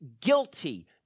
guilty